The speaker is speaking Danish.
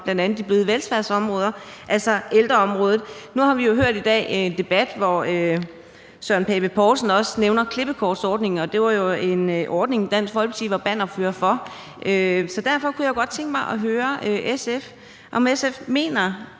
et af de bløde velfærdsområder, nemlig ældreområdet. Nu har vi jo i dag hørt en debat, hvor Søren Pape Poulsen også har nævnt klippekortordningen. Det var jo en ordning, Dansk Folkeparti var bannerfører for, så derfor kunne jeg godt tænke mig høre, om SF mener,